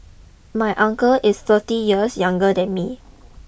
my uncle is thirty years younger than me